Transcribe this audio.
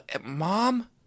Mom